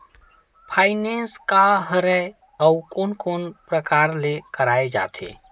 Finance का हरय आऊ कोन कोन प्रकार ले कराये जाथे?